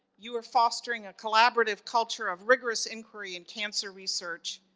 you are fostering a collaborative culture of rigorous inquiry and cancer research.